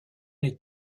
n’est